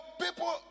people